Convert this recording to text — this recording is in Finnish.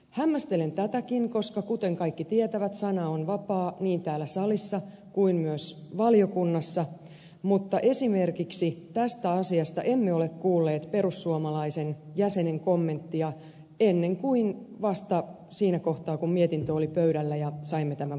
hämmästelen tätäkin koska kuten kaikki tietävät sana on vapaa niin täällä salissa kuin myös valiokunnassa mutta esimerkiksi tästä asiasta emme ole kuulleet perussuomalaisen jäsenen kommenttia ennen kuin vasta siinä kohtaa kun mietintö oli pöydällä ja saimme tämän vastalauseen